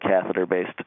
catheter-based